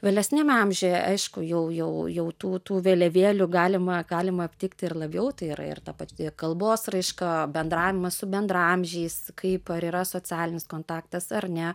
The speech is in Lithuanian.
vėlesniam amžiuje aišku jau jau jau tų tų vėliavėlių galima galima aptikt ir labiau tai yra ir ta pati kalbos raiška bendravimas su bendraamžiais kaip ar yra socialinis kontaktas ar ne